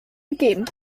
gegeben